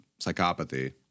psychopathy